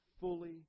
fully